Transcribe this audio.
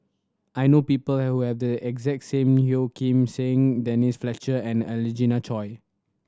I know people who have the exact same Yeo Kim Seng Denise Fletcher and Angelina Choy